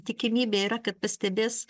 tikimybė yra kad pastebės